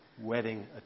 wedding